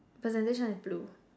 percentage one is blue